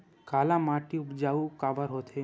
काला माटी उपजाऊ काबर हे?